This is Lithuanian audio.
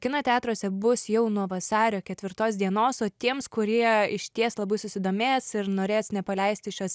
kino teatruose bus jau nuo vasario ketvirtos dienos o tiems kurie išties labai susidomės ir norės nepaleisti šios